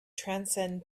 transcend